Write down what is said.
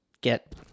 get